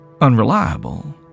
unreliable